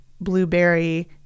blueberry